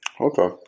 Okay